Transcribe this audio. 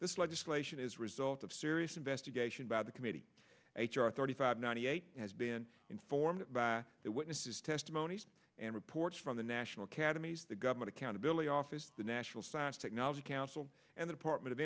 this legislation is result of serious investigation by the committee h r thirty five ninety eight has been informed by the witnesses testimonies and reports from the national academies the government accountability office the national science technology council and the department of